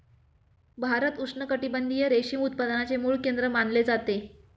भारत उष्णकटिबंधीय रेशीम उत्पादनाचे मूळ केंद्र मानले जाते